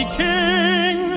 king